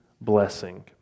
blessing